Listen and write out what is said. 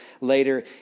later